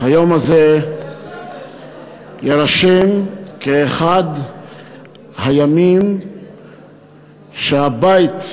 היום הזה יירשם כאחד הימים שהבית,